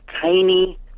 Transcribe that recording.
tiny